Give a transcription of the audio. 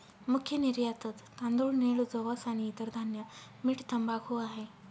मुख्य निर्यातत तांदूळ, नीळ, जवस आणि इतर धान्य, मीठ, तंबाखू आहे